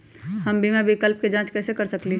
हम बीमा विकल्प के जाँच कैसे कर सकली ह?